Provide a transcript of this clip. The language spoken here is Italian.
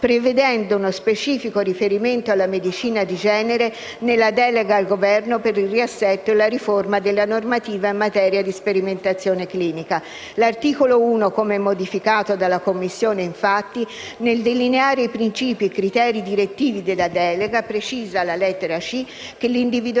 prevedendo uno specifico riferimento alla medicina di genere nella delega al Governo per il riassetto e la riforma della normativa in materia di sperimentazione clinica. L'articolo 1, come modificato dalla Commissione, infatti, nel delineare i principi e i criteri direttivi della delega precisa, alla lettera *c)*, che l'individuazione